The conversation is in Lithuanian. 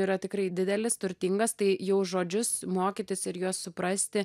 yra tikrai didelis turtingas tai jau žodžius mokytis ir juos suprasti